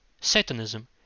Satanism